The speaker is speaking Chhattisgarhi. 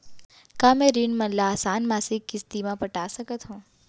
का मैं ऋण मन ल आसान मासिक किस्ती म पटा सकत हो?